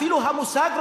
אפילו המושג,